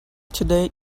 today